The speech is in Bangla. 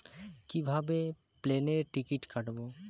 কিভাবে প্লেনের টিকিট কাটব?